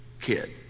kid